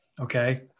Okay